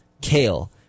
kale